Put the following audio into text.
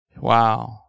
wow